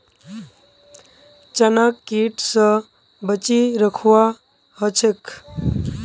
चनाक कीट स बचई रखवा ह छेक